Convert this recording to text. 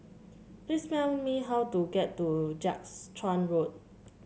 please tell me how to get to Jiak's Chuan Road